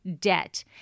debt